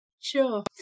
Sure